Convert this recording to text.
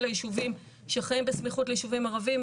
הישובים שחיים בסמיכות לישובים ערביים,